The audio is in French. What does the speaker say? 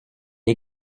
est